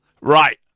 Right